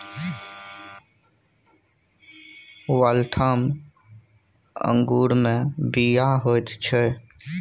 Waltham अंगूरमे बीया होइत छै